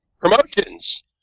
Promotions